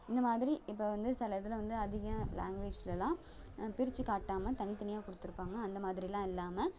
இந்த மாதிரி இப்போ வந்து சில இதில் வந்து அதிகம் லாங்குவேஜ்லலாம் பிரித்துக் காட்டாமல் தனித்தனியாக கொடுத்துருப்பாங்க அந்த மாதிரில்லாம் இல்லாமல்